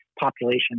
population